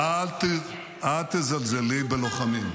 אל תזלזלי בלוחמים.